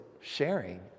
sharing